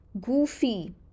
goofy